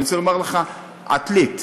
אני רוצה לומר לך: עתלית.